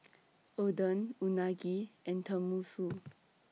Oden Unagi and Tenmusu